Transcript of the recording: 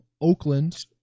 Oakland